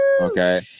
Okay